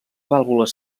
vàlvules